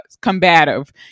combative